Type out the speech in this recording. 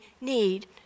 need